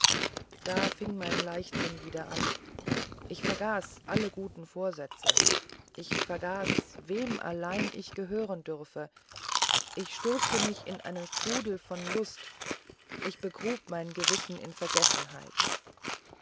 da fing mein leichtsinn wieder an ich vergaß alle guten vorsätze ich vergaß wem ich allein gehören dürfte ich stürzte mich in einen strudel von lust ich begrub mein gewissen in vergessenheit